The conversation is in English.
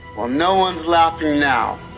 well noone's laughing now.